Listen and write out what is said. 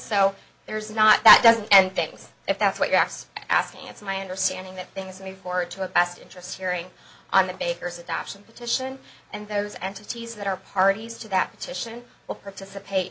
so there's not that doesn't and things if that's what you asked asking it's my understanding that things move forward to a best interest hearing on the bakers adoption petition and those entities that are parties to that petition